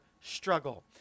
struggle